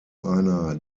einer